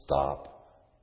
stop